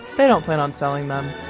they don't plan on selling them.